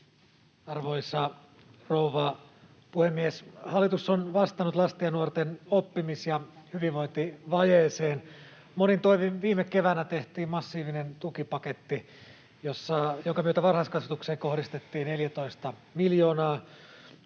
Arvoisa rouva puhemies! Hallitus on vastannut lasten ja nuorten oppimis- ja hyvinvointivajeeseen monin toimin. Viime keväänä tehtiin massiivinen tukipaketti, jonka myötä varhaiskasvatukseen kohdistettiin 14 miljoonaa,